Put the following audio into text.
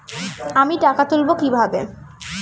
আমি টাকা তুলবো কি ভাবে?